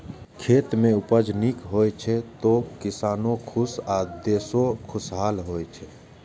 खेत मे उपज नीक होइ छै, तो किसानो खुश आ देशो खुशहाल होइ छै